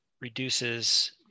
reduces